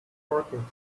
parking